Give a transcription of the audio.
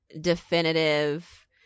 definitive